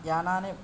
यानानि